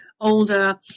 older